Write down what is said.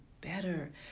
better